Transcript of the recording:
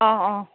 অঁ অঁ